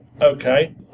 Okay